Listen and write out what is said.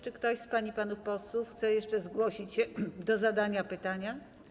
Czy ktoś z pań i panów posłów chce jeszcze zgłosić się do zadania pytania?